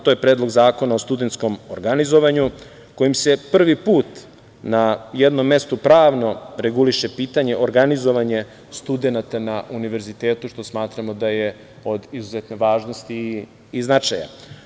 To je Predlog zakona o studentskom organizovanju kojim se prvi put na jednom mestu pravno reguliše pitanje organizovanja studenata na univerzitetu, što smatramo da je od izuzetne važnosti i značaja.